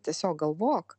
tiesiog galvok